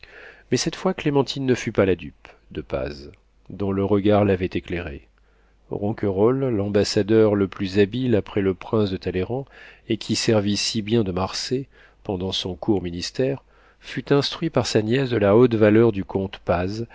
mais cette fois clémentine ne fut pas la dupe de paz dont le regard l'avait éclairée ronquerolles l'ambassadeur le plus habile après le prince de talleyrand et qui servit si bien de marsay pendant son court ministère fut instruit par sa nièce de la haute valeur du comte